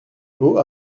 eau